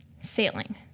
Sailing